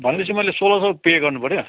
भनेपछि मैले सोह्र सय पे गर्नुपऱ्यो